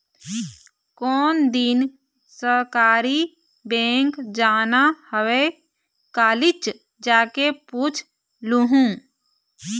कोन दिन सहकारी बेंक जाना हवय, कालीच जाके पूछ लूहूँ